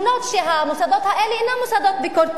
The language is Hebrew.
אף שהמוסדות האלה אינם מוסדות ביקורתיים.